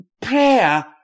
prayer